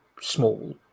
small